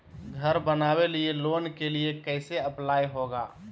घर बनावे लिय लोन के लिए कैसे अप्लाई होगा?